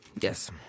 Yes